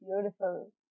Beautiful